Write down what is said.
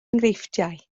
enghreifftiau